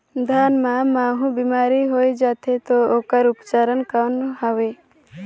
धान मां महू बीमारी होय जाथे तो ओकर उपचार कौन हवे?